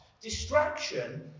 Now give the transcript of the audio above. Distraction